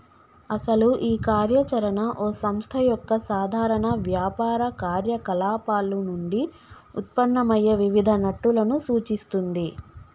అసలు ఈ కార్య చరణ ఓ సంస్థ యొక్క సాధారణ వ్యాపార కార్యకలాపాలు నుండి ఉత్పన్నమయ్యే వివిధ నట్టులను సూచిస్తుంది